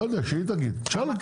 לא יודע שהיא תגיד, תשאל אותה.